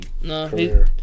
No